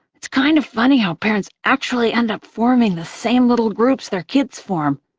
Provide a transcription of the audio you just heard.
it's kind of funny how parents actually end up forming the same little groups their kids form.